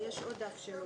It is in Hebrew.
מי נגד?